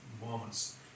moments